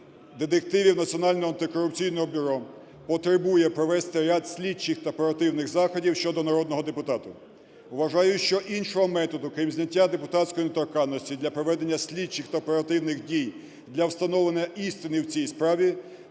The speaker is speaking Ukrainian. детективів Національного антикорупційного бюро потребує провести ряд слідчих та оперативних заходів щодо народного депутата. Вважаю, що іншого методу, крім зняття депутатської недоторканності для проведення слідчих і оперативних дій для встановлення істини в цій справі,